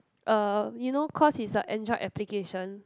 uh you know cause it's a android application